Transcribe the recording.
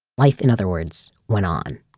life, in other words, went on,